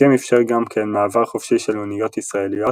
ההסכם אפשר גם כן מעבר חופשי של אוניות ישראליות